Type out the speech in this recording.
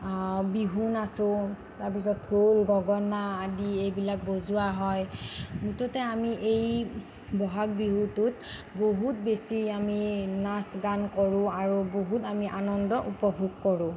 বিহু নাচোঁ তাৰ পিছত ঢোল গগণা আদি এইবিলাক বজোৱা হয় মুঠতে আমি এই ব'হাগ বিহুটোত বহুত বেছি আমি নাচ গান কৰোঁ আৰু বহুত আমি আনন্দ উপভোগ কৰোঁ